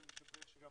אין ספק שגם